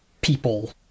people